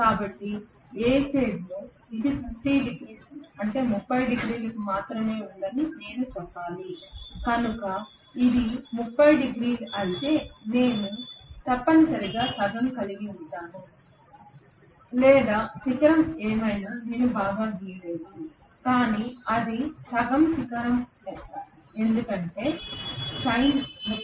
కాబట్టి A ఫేజ్ో ఇది 30 డిగ్రీలు మాత్రమే ఉందని నేను చెప్పాలి కనుక ఇది 30 డిగ్రీలు అయితే నేను తప్పనిసరిగా సగం కలిగి ఉంటాను లేదా శిఖరం ఏమైనా నేను బాగా గీయలేదు కానీ అది సగం శిఖరం ఎందుకంటే sin 0